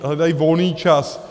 Hledají volný čas.